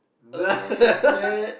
oh shit